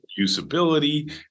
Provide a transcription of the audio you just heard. usability